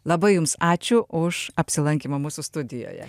labai jums ačiū už apsilankymą mūsų studijoje